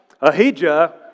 Ahijah